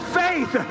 faith